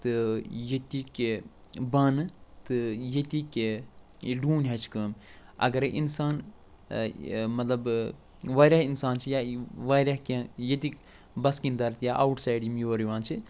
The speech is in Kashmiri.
تہٕ ییٚتِکۍ بانہٕ تہٕ ییٚتِکۍ یہِ ڈوٗنۍ ہچہِ کٲم اگرے اِنسان مطلب وارِیاہ اِنسان چھِ یا وارِیاہ کیٚنٛہہ ییٚتِکۍ بسکیٖن دار یا اَوُٹ سایڈ یِم یور یِوان چھِ